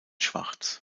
schwarz